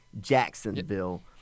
Jacksonville –